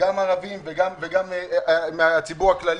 גם ערבים וגם מהציבור הכללי.